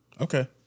Okay